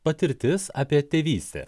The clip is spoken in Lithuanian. patirtis apie tėvystę